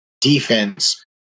defense